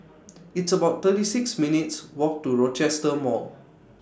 It's about thirty six minutes' Walk to Rochester Mall